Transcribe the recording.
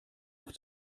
auf